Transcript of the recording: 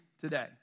today